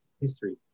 history